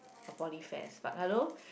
her poly fares but hello